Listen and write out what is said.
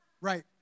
Right